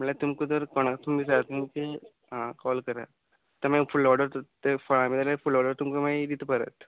म्हळ्यार तुमकां जर कोणा तुमचे शे तुमचे आ कॉल करा त माय फुळ्ळो ऑर्डर त तें फळां मेळ्ळीं आल्या फुडलो ऑर्डर तुमकां माई दिता परत